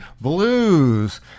blues